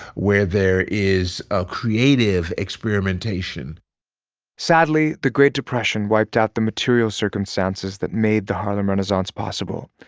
where there is a creative experimentation sadly, the great depression wiped out the material circumstances that made the harlem renaissance possible.